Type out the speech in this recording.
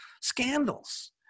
scandals